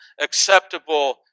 acceptable